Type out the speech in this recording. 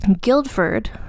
Guildford